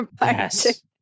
yes